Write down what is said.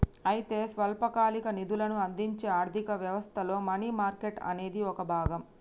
అయితే స్వల్పకాలిక నిధులను అందించే ఆర్థిక వ్యవస్థలో మనీ మార్కెట్ అనేది ఒక భాగం